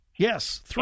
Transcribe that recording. Yes